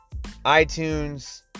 iTunes